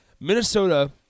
Minnesota